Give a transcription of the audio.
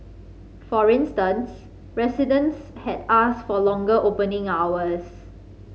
for instance residents had asked for longer opening hours